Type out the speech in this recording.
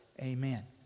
amen